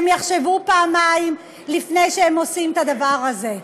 הם יחשבו פעמיים לפני שהם עושים את הדבר הזה.